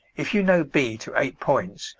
if you know b to eight points,